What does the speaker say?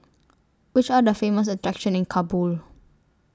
Which Are The Famous attractions in Kabul